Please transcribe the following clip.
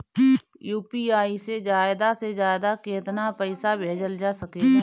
UPI से ज्यादा से ज्यादा केतना पईसा भेजल जा सकेला?